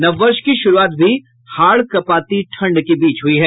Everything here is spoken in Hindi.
नव वर्ष की श्रूआत भी हाड़ कपांती ठंड के बीच हुई है